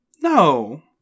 No